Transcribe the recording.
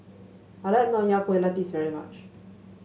I like Nonya Kueh Lapis very much